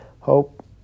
Hope